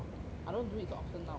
I don't do it so often now